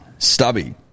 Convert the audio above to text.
Stubby